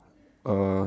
a